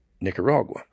Nicaragua